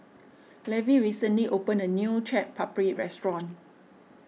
Levy recently opened a new Chaat Papri restaurant